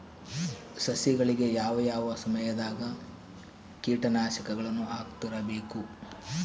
ಸಸಿಗಳಿಗೆ ಯಾವ ಯಾವ ಸಮಯದಾಗ ಕೇಟನಾಶಕಗಳನ್ನು ಹಾಕ್ತಿರಬೇಕು?